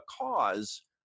cause